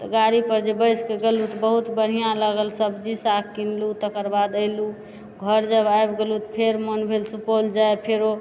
तऽ गाड़ी पर जे बैस कऽ गेलहुँ तऽ बहुत बढ़िआँ लागल सब्जी साग किनलहुँ तकर बाद अएलहुँ घर जब आबि गेलहुँ फेर मन भेल सुपौल जाइ फेरो